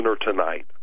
tonight